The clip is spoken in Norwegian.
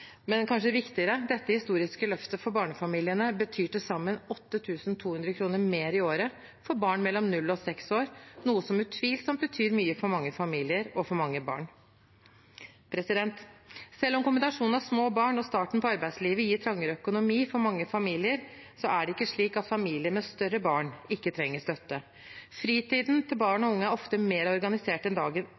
Men kanskje viktigere: Dette historiske løftet for barnefamiliene utgjør til sammen 8 200 kr mer i året for barn mellom 0 og 6 år, noe som utvilsomt betyr mye for mange familier og for mange barn. Selv om kombinasjonen av små barn og starten på arbeidslivet gir trangere økonomi for mange familier, er det ikke slik at familier med større barn ikke trenger støtte. Fritiden til barn og unge er ofte mer organisert i dag enn